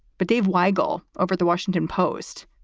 but dave weigel over the washington post,